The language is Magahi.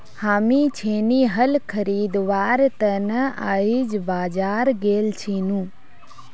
हामी छेनी हल खरीदवार त न आइज बाजार गेल छिनु